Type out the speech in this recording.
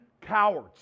cowards